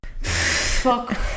Fuck